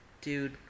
dude